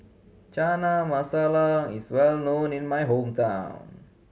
Chana Masala is well known in my hometown